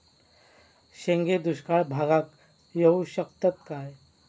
शेंगे दुष्काळ भागाक येऊ शकतत काय?